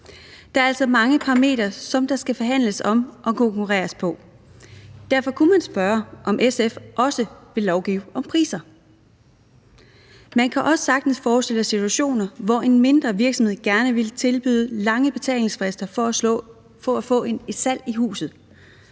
Der er altså mange parametre, som der skal forhandles på og konkurreres på, og derfor kunne man spørge, om SF også vil lovgive om priser. Man kan også sagtens forestille sig situationer, hvor en mindre virksomhed gerne vil tilbyde lange betalingsfrister for at få et salg i hus.